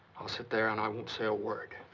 i'll sit there, and i won't say a word.